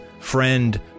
friend